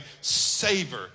savor